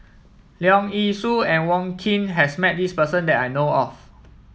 Leong Yee Soo and Wong Keen has met this person that I know of